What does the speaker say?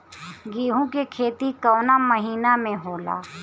गेहूँ के खेती कवना महीना में होला?